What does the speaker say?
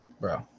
Bro